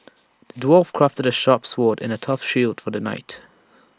the dwarf crafted A sharp sword and A tough shield for the knight